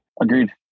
agreed